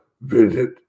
visit